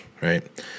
right